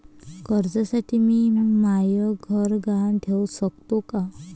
कर्जसाठी मी म्हाय घर गहान ठेवू सकतो का